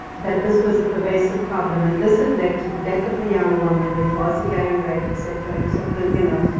that this was a pervasive problem. and this had led to the death of a young woman. it was a gang rape, et cetera. it was at the you know,